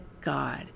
God